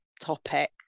topic